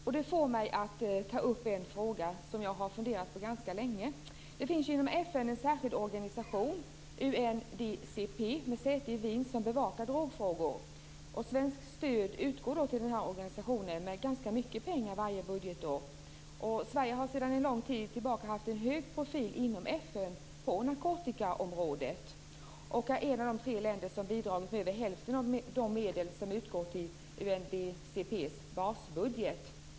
Fru talman! Statsrådet talade om att försöka begränsa tillgången på narkotika och om illegal odling. Det får mig att vilja ta upp en fråga som jag har funderat på ganska länge. Det finns ju inom FN en särskild organisation, UNDCP med säte i Wien, som bevakar drogfrågor. Svenskt stöd utgår till den här organisationen med ganska mycket pengar varje budgetår. Sverige har sedan lång tid tillbaka haft en hög profil inom FN på narkotikaområdet. Vi är ett av tre länder som tillsammans har bidragit med över hälften av de medel som utgått till UNDCP:s basbudget.